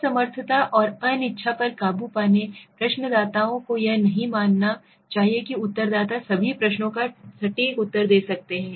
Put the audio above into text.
असमर्थता और अनिच्छा पर काबू पाने प्रश्नदाताओं को यह नहीं मानना चाहिए कि उत्तरदाता सभी प्रश्नों का सटीक उत्तर दे सकते हैं